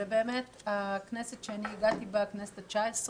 ובאמת הכנסת שאני הגעתי בה, הכנסת ה-19,